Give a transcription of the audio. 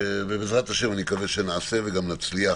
ובעזרת השם אני מקווה שנעשה וגם נצליח